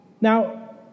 Now